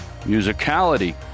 musicality